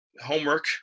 Homework